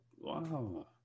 Wow